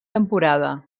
temporada